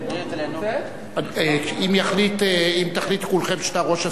אם תחליטו כולכם שאתה ראש הסיעה,